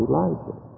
Elijah